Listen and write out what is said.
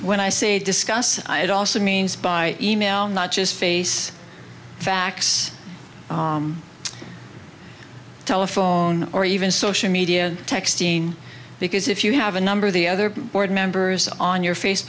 when i say discuss it also means by email not just face facts telephone or even social media texting because if you have a number of the other board members on your face